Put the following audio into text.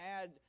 add